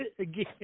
again